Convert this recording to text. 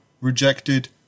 rejected